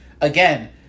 again